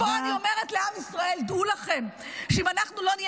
ופה אני אומרת לעם ישראל: דעו לכם שאם אנחנו לא נהיה